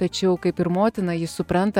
tačiau kaip ir motina ji supranta